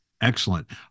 Excellent